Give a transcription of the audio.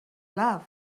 love